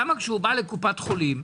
למה כשהוא בא לקופת חולים,